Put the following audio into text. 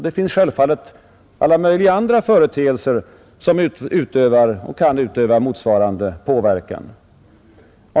Det finns självfallet andra företeelser, som utövar och kan utöva motsvarande påverkan.